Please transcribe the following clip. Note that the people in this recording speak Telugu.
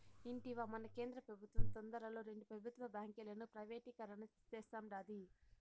ఇంటివా, మన కేంద్ర పెబుత్వం తొందరలో రెండు పెబుత్వ బాంకీలను ప్రైవేటీకరణ సేస్తాండాది